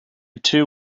too